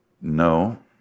No